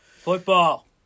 Football